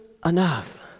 Enough